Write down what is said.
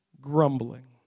Grumbling